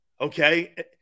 Okay